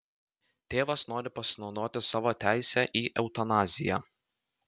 tėvas nori pasinaudoti savo teise į eutanaziją